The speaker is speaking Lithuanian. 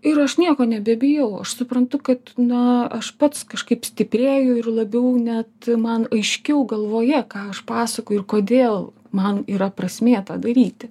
ir aš nieko nebebijau aš suprantu kad na aš pats kažkaip stiprėju ir labiau net man aiškiau galvoje ką aš pasakoju ir kodėl man yra prasmė tą daryti